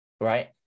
right